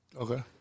Okay